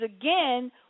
again